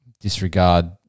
disregard